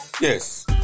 Yes